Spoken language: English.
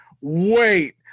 wait